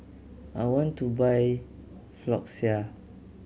I want to buy Floxia